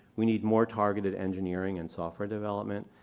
we need more targeted engineering and software development.